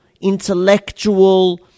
intellectual